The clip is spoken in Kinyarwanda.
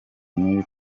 niba